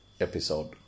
episode